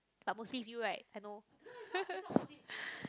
but mostly is you right I know